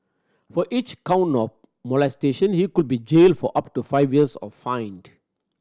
for each count of molestation he could be jailed for up to five years or fined